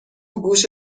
گوش